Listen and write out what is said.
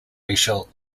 racial